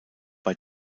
bei